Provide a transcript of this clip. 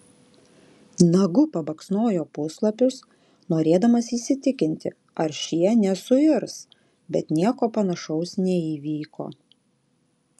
nagu pabaksnojo puslapius norėdamas įsitikinti ar šie nesuirs bet nieko panašaus neįvyko